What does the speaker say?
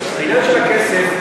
העניין של הכסף,